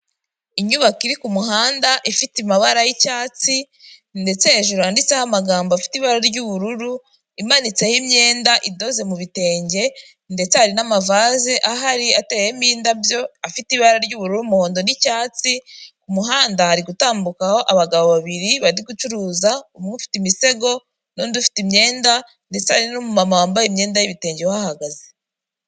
Inyubako iri ku muhanda ifite amabara y'icyatsi ndetse hejuru handitseho amagambo afite ibara ry'ubururu imanitseho imyenda idoze mu bitenge ndetse hari n'amavaze ahari ateyemo indabyo, afite ibara ry'ubururu n'umuhondo n'icyatsi, ku umuhanda hari gutambukaho abagabo babiri bari gucuruza, umwe ufite imisego n'undi ufite imyenda ndetse ari n'umumama wambaye imyenda y'ibitenge uhahagaze.